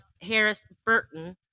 Harris-Burton